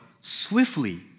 swiftly